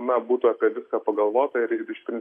ną būtų apie viską pagalvota ir iš principo